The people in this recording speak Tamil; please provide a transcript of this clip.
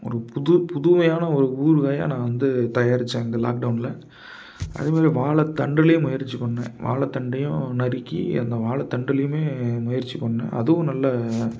ஒரு புது புதுமையான ஒரு ஊறுகாயை நான் வந்து தயாரித்தேன் இந்த லாக்டவுன்ல அதேமாதிரி வாழைத்தண்டுலையும் முயற்சி பண்ணிணேன் வாழைத்தண்டையும் நறுக்கி அந்த வாழைத்தண்டுலையுமே முயற்சி பண்ணிணேன் அதுவும் நல்ல